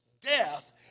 death